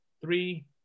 three